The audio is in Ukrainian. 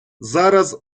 зараз